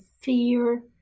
fear